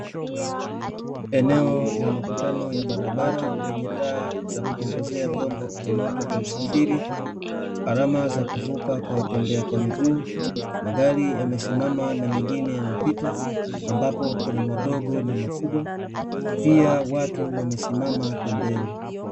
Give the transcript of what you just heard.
Eneo la makutano ya barabara lenye taa za kuongozea vyombo vya moto vya usafiri, alama za kuvuka kwa watembea kwa miguu, magari yamesimama na mengine yanapita ambapo kuna madogo na makubwa, pia watu wamesimama pembeni.